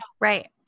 Right